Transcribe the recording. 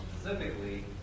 Specifically